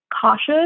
cautious